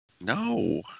No